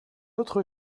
autre